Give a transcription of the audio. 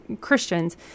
Christians